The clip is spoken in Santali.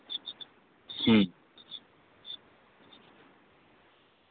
ᱦᱩᱸ